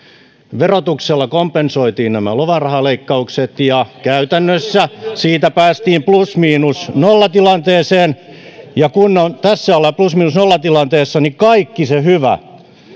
verotuksella kompensoitiin nämä lomarahaleikkaukset ja käytännössä siitä päästiin plus miinus nolla tilanteeseen ja kun tässä ollaan plus miinus nolla tilanteessa niin kaikki se hyvä